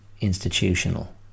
institutional